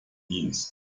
east